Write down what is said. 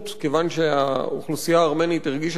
כיוון שהאוכלוסייה הארמנית הרגישה שהיא